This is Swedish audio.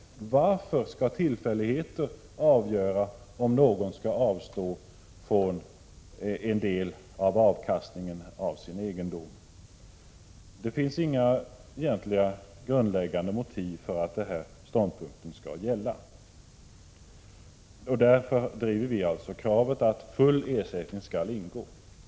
Varför skall tillfälligheter avgöra om någon skall avstå från en del av avkastningen av sin egendom? Det finns inga egentliga grundläggande motiv för att denna ståndpunkt skall gälla. Därför driver vi alltså kravet att full ersättning skall utgå.